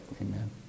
Amen